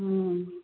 हम लेबै